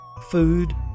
food